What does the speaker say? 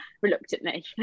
reluctantly